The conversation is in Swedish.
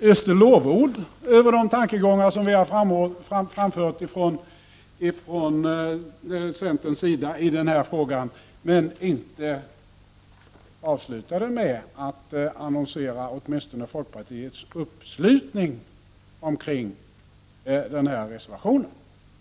öste lovord över de tankegångar som vi har framfört från centerns sida i den här frågan men att hon inte avslutade med att annonsera åtminstone folkpartiets uppslutning kring denna reservation.